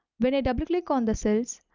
when i double click on the cells,